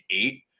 eight